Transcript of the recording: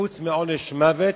חוץ מעונש מוות,